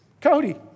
Cody